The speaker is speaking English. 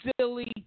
silly